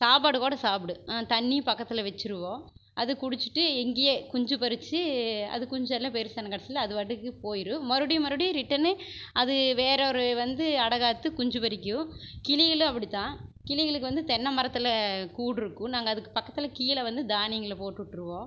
சாப்பாடு கூட சாப்பிடும் தண்ணியும் பக்கத்தில் வைச்சிருவோம் அது குடிச்சுட்டு இங்கேயே குஞ்சு பொறிச்சு அது குஞ்செல்லாம் பெருசான கடைசில அது பாட்டுக்கு போயிடும் மறுபடியும் மறுபடியும் ரிட்டன் அது வேறொரு வந்து அடைக்காத்து குஞ்சு பொறிக்கும் கிளிகளும் அப்படிதான் கிளிகளுக்கு வந்து தென்னை மரத்தில் கூடிருக்கும் நாங்கள் அதுக்கு பக்கத்தில் கீழே வந்து தானியங்களை போட்டுவிட்ருவோம்